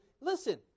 Listen